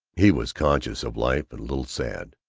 he was conscious of life, and a little sad.